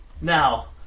now